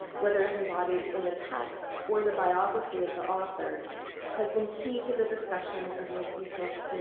whether is embodied in the text or the biography of the author has been key to the discussion of mestizo